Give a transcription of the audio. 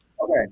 Okay